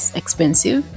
expensive